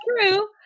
true